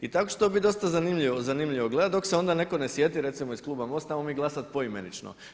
I tako će to biti dosta zanimljivo gledati dok se onda netko ne sjeti, recimo iz kluba MOST-a, 'ajmo mi glasati poimenično.